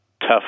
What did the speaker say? tough